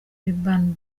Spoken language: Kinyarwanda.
urban